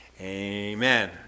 amen